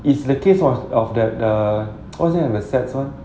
it's the case was of that err what's that the sex lor